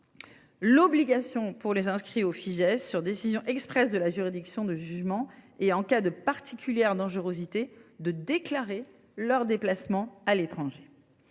part, pour les inscrits au Fijais, sur décision expresse de la juridiction de jugement et en cas de particulière dangerosité, celle de déclarer leurs déplacements à l’étranger.